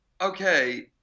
okay